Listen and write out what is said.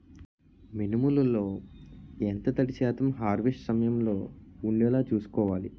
మినుములు లో ఎంత తడి శాతం హార్వెస్ట్ సమయంలో వుండేలా చుస్కోవాలి?